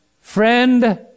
Friend